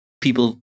people